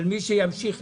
אף אחד לא ישב איתן.